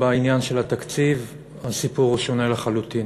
שבעניין של התקציב הסיפור שונה לחלוטין.